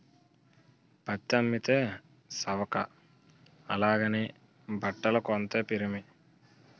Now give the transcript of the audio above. పత్తి అమ్మితే సవక అలాగని బట్టలు కొంతే పిరిమి